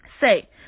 Say